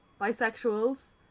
bisexuals